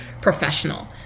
professional